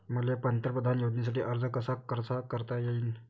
मले पंतप्रधान योजनेसाठी अर्ज कसा कसा करता येईन?